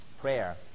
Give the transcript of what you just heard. prayer